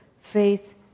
faith